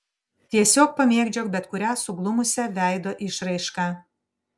tiesiog pamėgdžiok bet kurią suglumusią veido išraišką